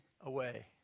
away